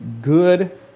good